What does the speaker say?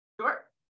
Sure